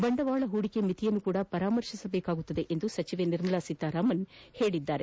ಬಂಡವಾಳ ಹೂಡಿಕೆ ಮಿತಿಯನ್ನು ಸಹ ಪರಾಮರ್ತಿಸಲಾಗುವುದು ಎಂದು ಸಚಿವೆ ನಿರ್ಮಲಾ ಸೀತಾರಾಮನ್ ತಿಳಿಸಿದರು